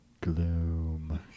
gloom